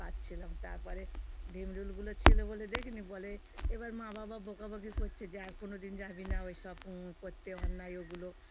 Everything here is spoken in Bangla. পাড়ছিলাম তারপরে ভিমরুলগুলো ছিলো বলে দেখিনি বলে এবার মা বাবা বকাবকি করছে যে আর কোনোদিন যাবি না ওই সব করতে অন্যায় ওগুলো